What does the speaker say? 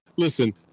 Listen